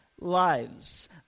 lives